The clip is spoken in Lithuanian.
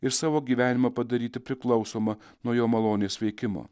ir savo gyvenimą padaryti priklausomą nuo jo malonės veikimo